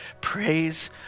praise